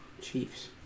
Chiefs